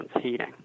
heating